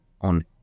on